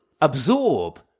absorb